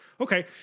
Okay